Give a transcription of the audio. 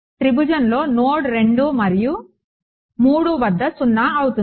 త్రిభుజంలో node 2 మరియు 3 వద్ద 0 అవుతుంది